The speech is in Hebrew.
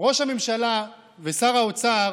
ראש הממשלה ושר האוצר